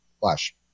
flash